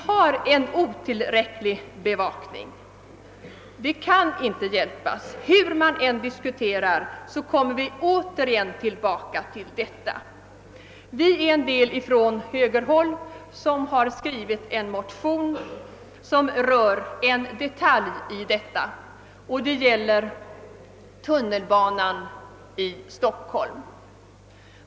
Vår bevakning är otillräcklig. Hur man än diskuterar saken kommer man hela tiden tillbaka till att så är fallet. Vi är några från högerhåll som skrivit en motion som rör en detalj av detta problem. Den gäller tunnelbanan i Stockholm.